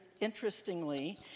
interestingly